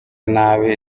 nabi